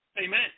Amen